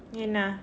என்ன:enna